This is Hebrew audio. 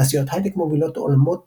תעשיות היי-טק מובילות עולמות